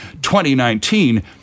2019